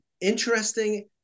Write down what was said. interesting